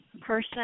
person